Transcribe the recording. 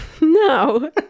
No